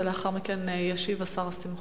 ולאחר מכן ישיב השר שמחון.